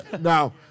Now